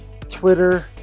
twitter